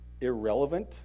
irrelevant